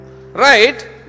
Right